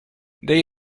they